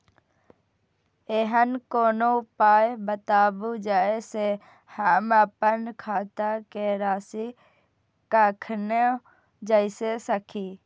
ऐहन कोनो उपाय बताबु जै से हम आपन खाता के राशी कखनो जै सकी?